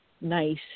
nice